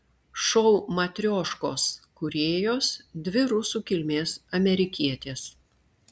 šou matrioškos kūrėjos dvi rusų kilmės amerikietės